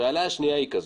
השאלה השנייה היא כזו,